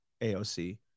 aoc